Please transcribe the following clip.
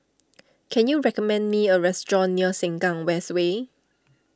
can you recommend me a restaurant near Sengkang West Way